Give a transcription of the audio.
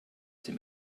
dem